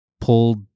pulled